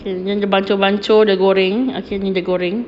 okay then dia bancuh-bancuh dia goreng okay ni dia goreng